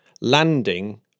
landing